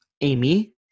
Amy